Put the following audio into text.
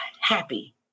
Happy